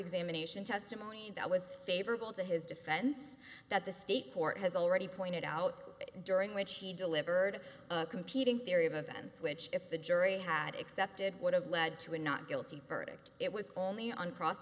examination testimony that was favorable to his defense that the state court has already pointed out during which he delivered a competing theory of events which if the jury had accepted would have led to a not guilty verdict it was only on cross